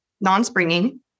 non-springing